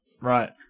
Right